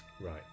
Right